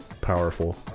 powerful